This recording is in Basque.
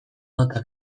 nota